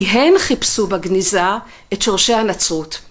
‫הם חיפשו בגניזה את שורשי הנצרות.